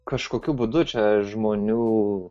kažkokiu būdu čia žmonių